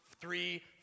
three